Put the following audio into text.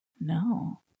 No